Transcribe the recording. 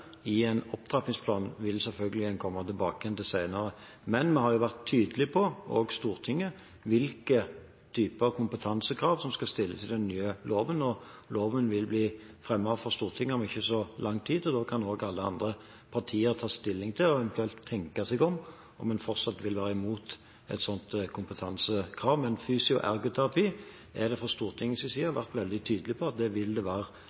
i en opptrappingsplan vil en selvfølgelig komme tilbake til senere. Men vi har vært tydelige på – Stortinget også – hvilke typer kompetansekrav som skal stilles i den nye loven. Loven vil bli fremmet for Stortinget om ikke så lang tid, og da kan også alle andre partier ta stilling til og eventuelt tenke seg om når det gjelder hvorvidt en fortsatt vil være imot et sånt kompetansekrav. Men når det gjelder fysio- og ergoterapi, har Stortinget vært veldig tydelig på at det vil det være